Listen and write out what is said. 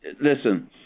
listen